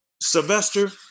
Sylvester